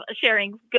sharing